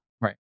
Right